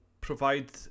provide